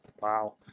Wow